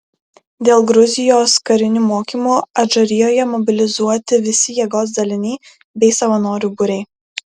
dėl gruzijos karinių mokymų adžarijoje mobilizuoti visi jėgos daliniai bei savanorių būriai